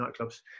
nightclubs